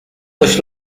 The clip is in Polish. coś